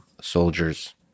soldiers